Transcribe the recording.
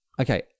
Okay